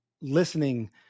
listening